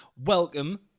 welcome